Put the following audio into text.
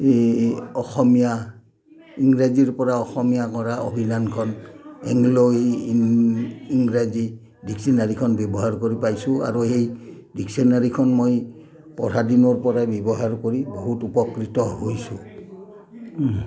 এই অসমীয়া ইংৰাজীৰ পৰা অসমীয়া কৰা অভিধানখন এংল' ইংৰাজী ডিক্সনাৰীখন ব্যৱহাৰ কৰি পাইছোঁ আৰু সেই ডিক্সনাৰীখন মই পঢ়া দিনৰ পৰাই ব্যৱহাৰ কৰি বহুত উপকৃত হৈছোঁ